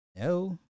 no